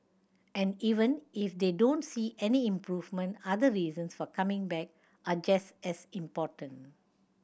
and even if they don't see any improvement other reasons for coming back are just as important